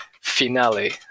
Finale